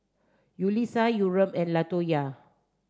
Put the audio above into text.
Yulisa Yurem and Latonya